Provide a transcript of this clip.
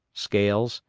scales,